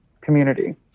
community